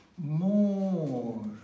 More